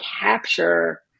capture